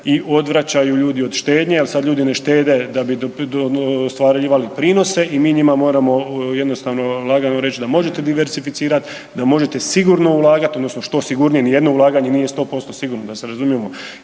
i odvraćaju ljudi od štednje. Al sad ljudi ne štede da bi ostvarivali prinose i mi njima moramo jednostavno lagano reć da možete diversificirat, da možete sigurno ulagat odnosno što sigurnije, nijedno ulaganje nije 100% sigurno da se razumijemo